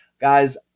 guys